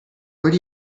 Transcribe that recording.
where